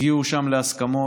והגיעו שם להסכמות,